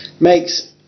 makes